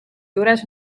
juures